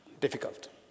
Difficult